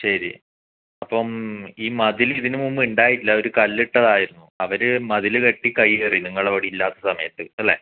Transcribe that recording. ശരി അപ്പം ഈ മതിൽ ഇതിനു മുമ്പ് ഉണ്ടായിട്ടില്ല ഒരു കല്ലിട്ടതായിരുന്നു അവർ മതിൽ കെട്ടി കയ്യേറി നിങ്ങളവിടെ ഇല്ലാത്ത സമയത്ത് അല്ലെ